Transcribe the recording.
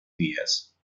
días